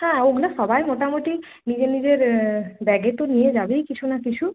হ্যাঁ ওগুলো সবাই মোটামুটি নিজের নিজের ব্যাগে তো নিয়ে যাবেই কিছু না কিছু